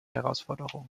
herausforderung